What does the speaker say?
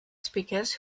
speakers